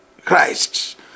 Christ